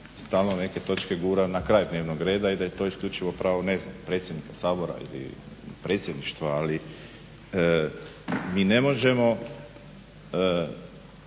stalno neke točke gura na kraj dnevnog reda i da je to isključivo pravo, ne predsjednika Sabora ili predsjedništava, ali mi ne možemo